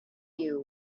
you